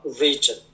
region